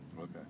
Okay